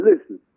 listen